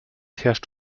herrscht